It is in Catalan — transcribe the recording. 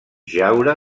jaure